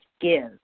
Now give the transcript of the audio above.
give